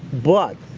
but,